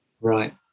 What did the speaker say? Right